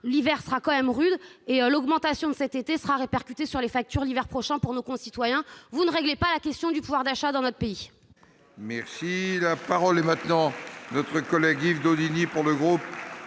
l'hiver sera quand même rude, et l'augmentation de cet été sera répercutée sur les factures de nos concitoyens l'hiver prochain. Vous ne réglez pas la question du pouvoir d'achat dans notre pays